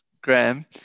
Graham